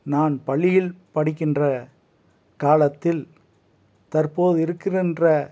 நான் பள்ளியில் படிக்கின்ற காலத்தில் தற்போது இருக்கின்ற